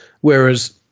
whereas